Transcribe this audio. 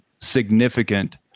significant